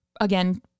again